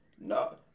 No